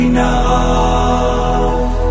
Enough